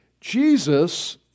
Jesus